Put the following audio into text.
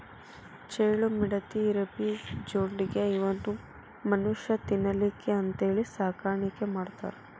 ಚೇಳು, ಮಿಡತಿ, ಇರಬಿ, ಜೊಂಡಿಗ್ಯಾ ಇವನ್ನು ಮನುಷ್ಯಾ ತಿನ್ನಲಿಕ್ಕೆ ಅಂತೇಳಿ ಸಾಕಾಣಿಕೆ ಮಾಡ್ತಾರ